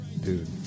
Dude